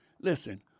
Listen